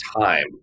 time